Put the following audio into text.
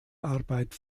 arbeit